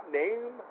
name